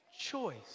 choice